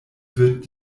wird